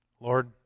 Lord